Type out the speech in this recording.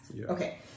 okay